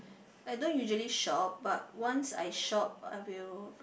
I don't usually shop but once I shop I will